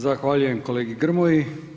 Zahvaljujem kolegi Grmoji.